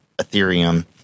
Ethereum